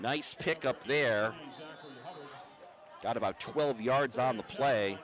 nice pick up there got about twelve yards on the play